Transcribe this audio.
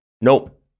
Nope